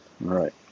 right